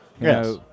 Yes